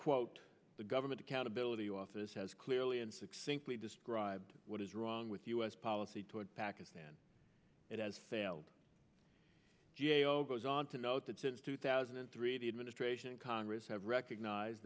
quote the government accountability office has clearly and succinctly described what is wrong with u s policy toward pakistan it has failed g a o goes on to note that since two thousand and three the administration and congress have recognize